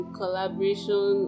collaboration